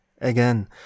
Again